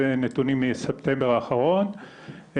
זה נתונים מספטמבר האחרון.